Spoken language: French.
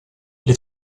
les